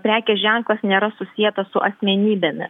prekės ženklas nėra susietas su asmenybėmis